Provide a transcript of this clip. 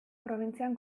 probintzian